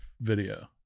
video